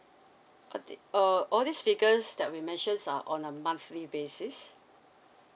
all the~ uh all these figures that we mentioned are on a monthly basis